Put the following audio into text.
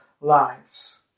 lives